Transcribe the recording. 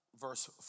verse